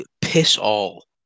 piss-all